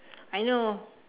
I know